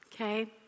Okay